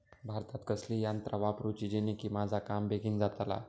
भातात कसली यांत्रा वापरुची जेनेकी माझा काम बेगीन जातला?